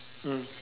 mm